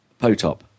Potop